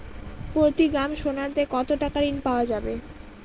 প্রতি গ্রাম সোনাতে কত টাকা ঋণ পাওয়া যাবে?